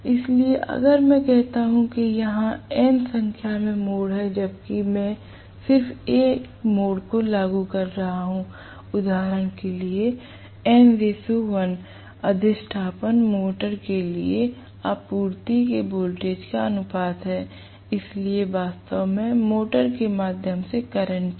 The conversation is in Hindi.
इसलिए अगर मैं कहता हूं कि यहाँ n संख्या में मोड़ हैं जबकि मैं सिर्फ एक मोड़ को लागू कर रहा हूँ उदाहरण के लिए n 1 अधिष्ठापन मोटर के लिए आपूर्ति के वोल्टेज का अनुपात है इसलिए वास्तव में मोटर के माध्यम से करंट है